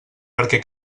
perquè